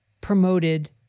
promoted